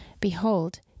Behold